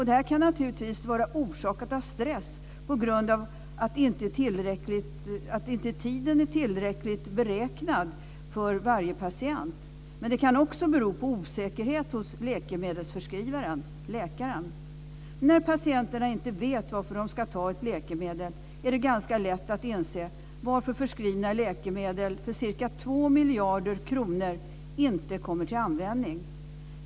Det här kan naturligtvis vara orsakat av stress på grund av att inte tillräckligt med tid är beräknad för varje patient. Men det kan också bero på osäkerhet hos läkemedelsförskrivaren, läkaren. När patienterna inte vet varför de ska ta ett läkemedel är det ganska lätt att inse varför förskrivna läkemedel för ca 2 miljarder kronor inte kommer till användning.